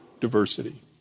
diversity